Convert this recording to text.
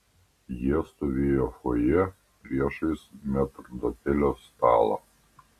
jie stovėjo fojė priešais metrdotelio stalą